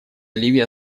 ливия